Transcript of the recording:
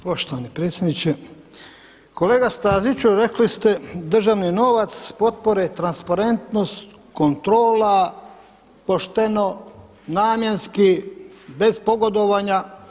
Poštovani predsjedniče, kolega Staziću rekli ste državni novac, potpore, transparentnost, kontrola, pošteno, namjenski bez pogodovanja.